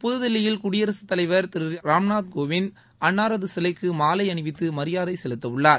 புதுதில்லியில் குடியரசுத்தலைவர் திரு ராம்நாத்கோவிந்த் அன்னாரது சிலைக்கு மாலை அணிவித்து மரியாதை செலுத்தவுள்ளார்